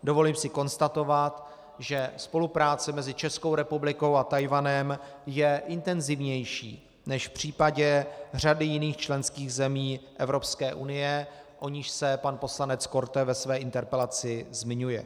Dovolím si konstatovat, že spolupráce mezi Českou republikou a Tchajwanem je intenzivnější než v případě řady jiných členských zemí Evropské unie, o níž se pan poslanec Korte ve své interpelaci zmiňuje.